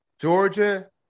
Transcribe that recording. Georgia